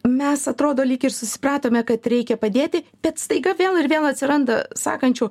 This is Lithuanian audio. mes atrodo lyg ir susipratome kad reikia padėti bet staiga vėl ir vėl atsiranda sakančių